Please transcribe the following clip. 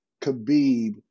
Khabib